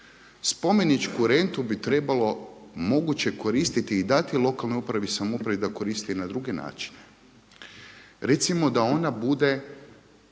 Spomeničku rentu bi trebalo moguće koristiti i dati lokalnoj upravi i samoupravi da koristiti i na druge načine. Recimo da ona bude